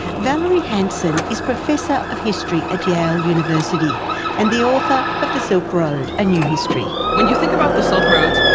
valerie hansen is professor of history at yale university and the author of the silk road a new history. when you think about the silk roads,